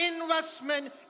investment